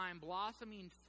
blossoming